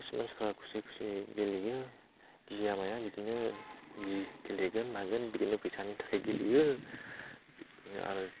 बांसिन मानसिफ्रा खुसि खुसियै गेलेयो गिया माया बिदिनो गेलेगोन मागोन बिदिनो फैसानि थाखाय गेलेयो आरो